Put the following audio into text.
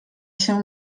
się